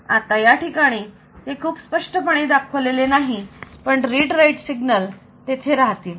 आता या ठिकाणी ते खूप स्पष्टपणे दाखवलेले नाही पण रीड राईट सिग्नल तेथे राहतील